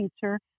teacher